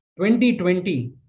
2020